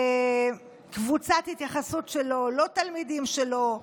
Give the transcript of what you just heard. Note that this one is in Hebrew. קבוצת ההתייחסות שלו, לא תלמידים שלו,